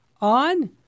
on